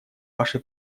ваше